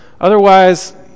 otherwise